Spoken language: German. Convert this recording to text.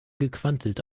gequantelt